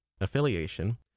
Affiliation